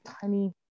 tiny